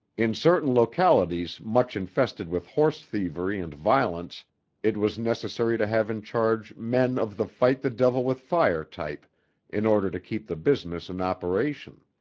in certain localities much infested with horse thievery and violence it was necessary to have in charge men of the fight-the-devil-with-fire type in order to keep the business in operation.